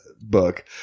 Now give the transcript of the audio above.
book